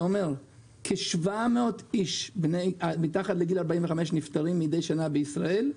זה אומר שכ-700 איש מתחת לגיל 45 נפטרים מידי שנה בישראל,